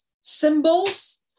symbols